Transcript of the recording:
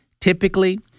Typically